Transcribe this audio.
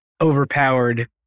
overpowered